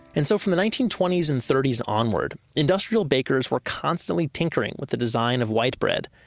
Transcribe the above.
and so from the nineteen twenty s and thirties onward, industrial bakers were constantly tinkering with the design of white bread.